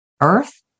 earth